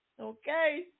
Okay